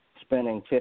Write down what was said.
spending